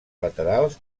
laterals